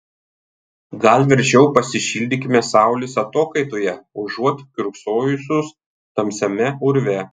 gal verčiau pasišildykime saulės atokaitoje užuot kiurksojusios tamsiame urve